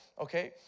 okay